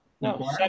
No